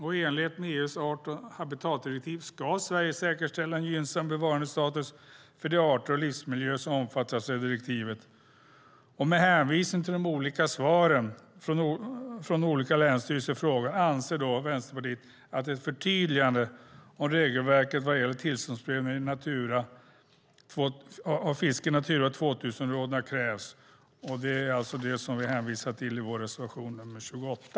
I enlighet med EU:s art och habitatdirektiv ska Sverige säkerställa en gynnsam bevarandestatus för de arter och livsmiljöer som omfattas av direktivet. Med hänvisning till de olika svaren från olika länsstyrelser i frågan anser Vänsterpartiet att ett förtydligande om regelverket vad gäller tillståndsprövningen av fiske i Natura 2000-områdena krävs. Det är alltså det som vi hänvisar till i vår reservation 28.